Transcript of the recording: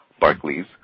Barclays